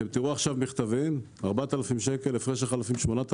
עכשיו 4,000, 8,000 שקל הפרש חלפים.